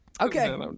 Okay